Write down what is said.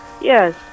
yes